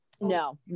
no